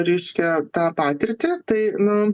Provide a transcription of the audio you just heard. reiškia tą patirtį tai nu